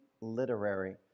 Literary